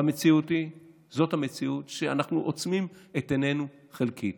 והמציאות היא שאנחנו עוצמים את עינינו חלקית.